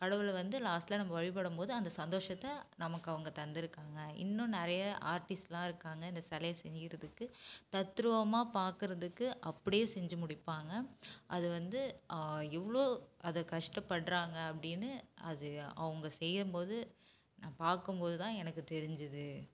கடவுளை வந்து லாஸ்ட்டில் நம்ம வழிபடும் போது அந்த சந்தோஷத்தை நமக்கு அவங்க தந்துருக்காங்க இன்னும் நிறைய ஆர்ட்டிஸ்ட்லாம் இருக்காங்க இந்த சிலைய செய்கிறதுக்கு தத்துருவமாக பார்க்குறதுக்கு அப்படியே செஞ்சு முடிப்பாங்க அது வந்து எவ்வளோ அதை கஷ்ட படுறாங்க அப்படின்னு அது அவங்க செய்யும் போது நான் பார்க்கும் போது தான் எனக்கு தெரிஞ்சது